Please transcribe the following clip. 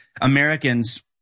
Americans